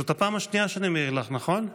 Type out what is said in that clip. זאת הפעם השנייה שאני מעיר לך, נכון?